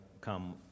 come